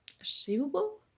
achievable